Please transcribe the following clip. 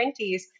20s